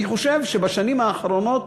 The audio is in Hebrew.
אני חושב שבשנים האחרונות